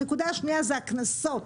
הנקודה השנייה היא הקנסות.